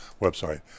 website